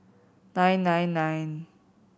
nine nine nine